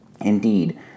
Indeed